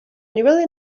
really